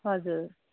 हजुर